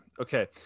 Okay